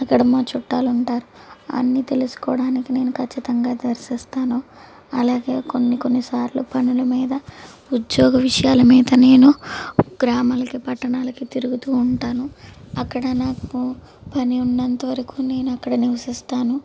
అక్కడ మా చుట్టాలు ఉంటారు అన్ని తెలుసుకోవడానికి నేను ఖచ్చితంగా దర్శిస్తాను అలాగే కొన్ని కొన్ని సార్లు పనులు మీద ఉద్యోగ విషయాల మీద నేను గ్రామాలకి పట్టణాలకి తిరుగుతూ ఉంటాను అక్కడ నాకు పని ఉన్నంత వరకు నేను అక్కడ నివసిస్తాను